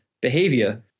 behavior